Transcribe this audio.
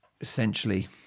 essentially